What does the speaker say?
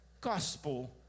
gospel